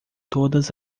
todas